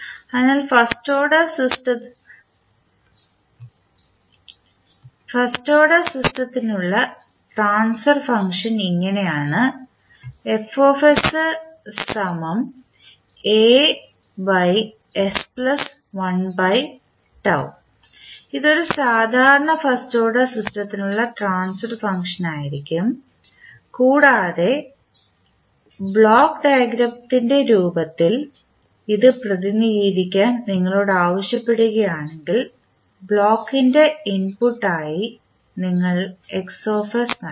അതിനാൽ first order സിസ്റ്റത്തിനുള്ള transfer function ഇങ്ങനെയാണ് ഇത് ഒരു സാധാരണ ഫസ്റ്റ് ഓർഡർ സിസ്റ്റത്തിനായുള്ള ട്രാൻസ്ഫർ ഫംഗ്ഷനായിരിക്കും കൂടാതെ ബ്ലോക്ക് ഡയഗ്രാമിൻറെ രൂപത്തിൽ ഇത് പ്രതിനിധീകരിക്കാൻ നിങ്ങളോട് ആവശ്യപ്പെടുകയാണെങ്കിൽ ബ്ലോക്കിന് ഇൻപുട്ടായി നിങ്ങൾ നൽകും